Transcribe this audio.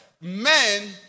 men